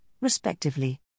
respectively